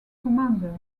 commander